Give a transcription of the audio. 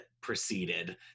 preceded